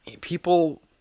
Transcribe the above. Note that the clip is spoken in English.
people